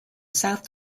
south